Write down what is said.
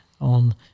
on